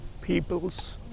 people's